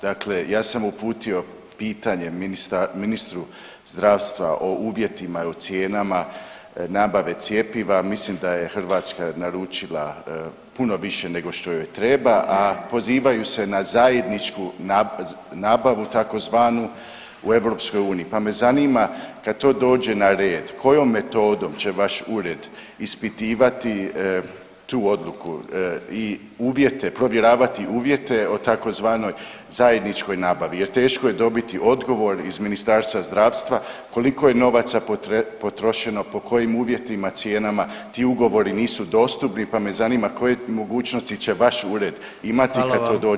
Dakle ja sam uputio pitanje ministru zdravstva o uvjetima i o cijenama nabave cjepiva, mislim da je Hrvatska naručila puno više nego što joj treba, a pozivaju se na zajedničku nabavu tzv. u EU pa me zanima, kad to dođe na red, kojom metodom će vaš Ured ispitivati tu odluku i uvjete, provjeravati uvjete o tzv. zajedničkoj nabavi jer teško je dobiti odgovor iz Ministarstva zdravstva koliko je novaca potrošeno, po kojim uvjetima, cijenama, ti ugovori nisu dostupni pa ma zanima koje mogućnosti će vaš Ured imati kad to dođe na red?